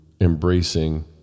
embracing